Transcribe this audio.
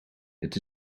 het